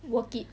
work it